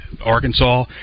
Arkansas